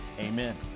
Amen